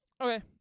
Okay